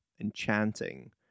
enchanting